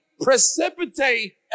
precipitate